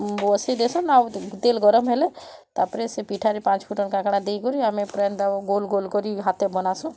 ବସେଇଦେସନ୍ ଆଉ ତେଲ୍ ଗରମ୍ ହେଲେ ତା' ପରେ ସେ ପିଠାରେ ପାଞ୍ଚ୍ ଫୁଟନ୍ କାଣା କାଣା ଦେଇକରି ଆମେ ପୁରା ହେନ୍ତା ଗୋଲ୍ ଗୋଲ୍ କରି ହାତେ ବନାସୁଁ